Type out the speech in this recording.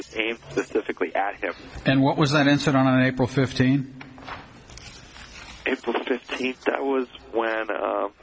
aimed specifically at him and what was that incident on april fifteenth of april fifteenth that was when